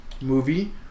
movie